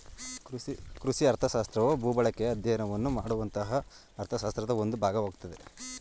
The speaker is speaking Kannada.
ಕೃಷಿ ಅರ್ಥಶಾಸ್ತ್ರವು ಭೂಬಳಕೆಯ ಅಧ್ಯಯನವನ್ನು ಮಾಡುವಂತಹ ಅರ್ಥಶಾಸ್ತ್ರದ ಒಂದು ಭಾಗವಾಗಯ್ತೆ